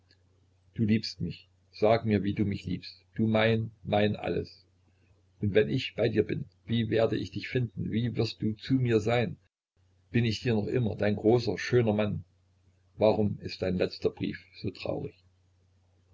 du liebst mich sag mir wie du mich liebst du mein mein alles und wenn ich bei dir bin wie werde ich dich finden wie wirst du zu mir sein bin ich dir noch immer dein großer schöner mann warum ist dein letzter brief so traurig